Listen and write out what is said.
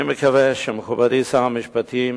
אני מקווה שמכובדי שר המשפטים